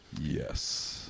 Yes